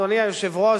אדוני היושב-ראש,